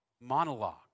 monologue